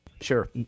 Sure